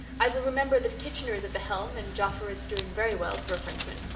i will remember that kitchener is at the helm and joffer is doing very well for a frenchman.